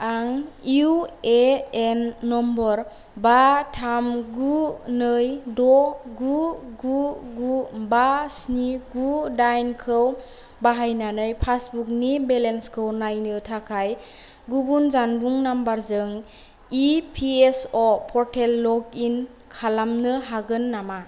आं UAN number बा थाम गु नै द' गु गु गु बा स्नि गु डाइनखौ बाहायनानै पासबुकनि बेलेन्सखौ नायनो थाखाय गुबुन जानबुं नाम्बारजों इपिएसअ पर्टेल लग इन खालामनो हागोन नामा